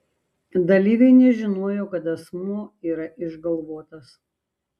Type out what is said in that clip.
dalyviai nežinojo kad asmuo yra išgalvotas